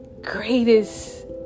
greatest